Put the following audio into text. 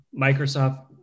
Microsoft